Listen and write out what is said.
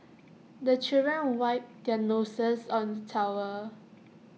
the children wipe their noses on the towel